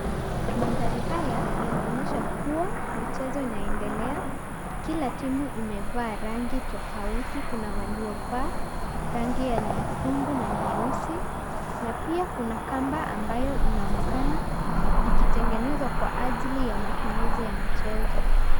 Mandhari haya yanaonyesha kuwa michezo inaendelea. Kila timu imevaa rangi tofauti, kuna waliovaa rangi nyekundu na nyeusi, na pia kuna kamba ambayo inaonekana ikitengenezwa kwa ajili ya matumizi ya michezo.